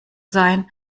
sein